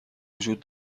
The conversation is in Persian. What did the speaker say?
وجود